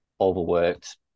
overworked